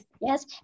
yes